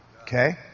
okay